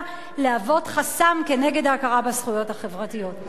להוות חסם נגד ההכרה בזכויות החברתיות.